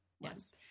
Yes